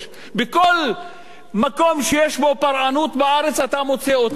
בכל מקום שיש בו פורענות בארץ, אתה מוצא אותם שמה.